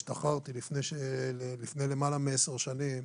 כשהשתחררתי לפני למעלה מעשר שנים,